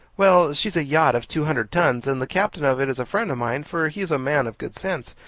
well! she's a yacht of two hundred tons and the captain of it is a friend of mine for he is a man of good sense,